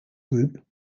group